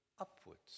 Upwards